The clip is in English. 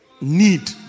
need